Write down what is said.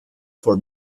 for